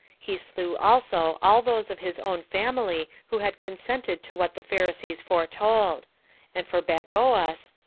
he slew also all those of his own family who had consented to what the pharisees foretold and for bagoas,